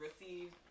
receive